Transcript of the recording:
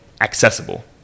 accessible